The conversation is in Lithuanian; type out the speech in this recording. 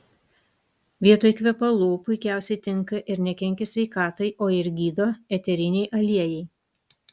vietoj kvepalų puikiausiai tinka ir nekenkia sveikatai o ir gydo eteriniai aliejai